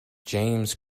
james